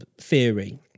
theory